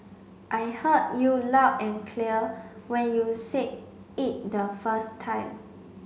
I heard you loud and clear when you said it the first time